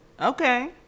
okay